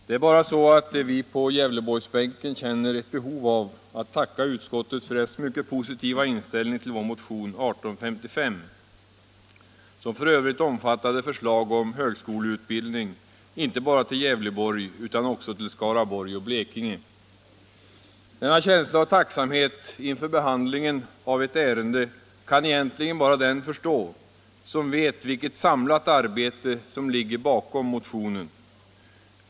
Det är bara så att vi på Gävleborgsbänken känner ett behov av att tacka utskottet för dess mycket positiva inställning till vår motion 1855, som f. ö. omfattade förslag om högskoleutbildning inte bara till Gävleborg utan också till Skaraborg och Blekinge. Denna känsla av tacksamhet inför behandlingen av ett ärende kan egentligen bara den förstå som vet vilket samlat arbete som ligger bakom motionen.